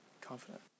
Confident